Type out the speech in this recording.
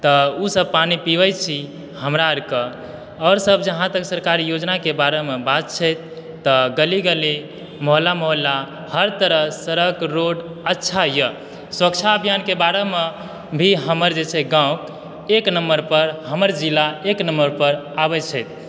तऽ ओसभ पानी पिबैत छी हमरा आओरकऽ आओरसभ जहाँ तक सरकारी योजनाके बारेमे बात छै तऽ गली गली मोहल्ला मोहल्ला हर तरह सड़क रोड अच्छा यऽ स्वच्छता अभियानके बारेमे भी हमर जे छै गाँव एक नम्बर पर हमर जिला एक नम्बर पर आबैत छै